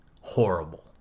horrible